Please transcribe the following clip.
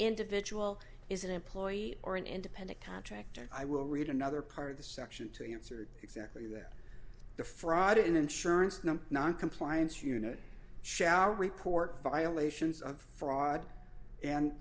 individual is an employee or an independent contractor i will read another part of the section to answer exactly that the fraud in insurance number noncompliance unit shall report violations of fraud and